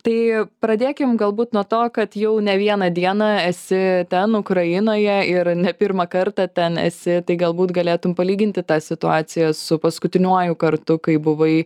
tai pradėkim galbūt nuo to kad jau ne vieną dieną esi ten ukrainoje ir ne pirmą kartą ten esi tai galbūt galėtum palyginti tą situaciją su paskutiniuoju kartu kai buvai